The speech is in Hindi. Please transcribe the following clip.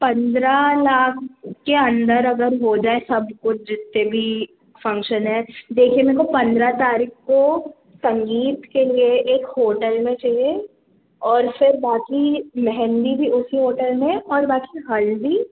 पन्द्रा लाख के अंदर अगर हो जाए सब कुछ जितने भी फ़ंक्शन हैं देखिए मेरे को पंद्रह तारीख को संगीत के लिए एक होटल में चाहिए और फिर बाकी मेहंदी भी उसी होटल में और बाकी हल्दी